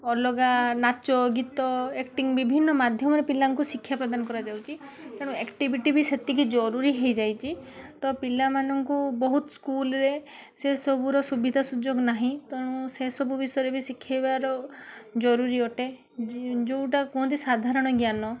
ଅଲଗା ନାଚ ଗୀତ ଆକ୍ଟିଙ୍ଗ୍ ବିଭିନ୍ନ ମାଧ୍ୟମ ରେ ପିଲାଙ୍କୁ ଶିକ୍ଷା ପ୍ରଦାନ କରାଯାଉଛି ତେଣୁ ଆକ୍ଟିଭିଟି ବି ସେତିକି ଜରୁରୀ ହେଇଯାଇଛି ତ ପିଲାମାନଙ୍କୁ ବହୁତ ସ୍କୁଲ୍ ରେ ସେ ସବୁର ସୁବିଧା ସୁଯୋଗ ନାହିଁ ତେଣୁ ସେ ସବୁ ବିଷୟ ରେ ବି ଶିଖେଇବାର ଜରୁରୀ ଅଟେ ଯେ ଯୋଉଟା କୁହନ୍ତି ସାଧାରଣ ଜ୍ଞାନ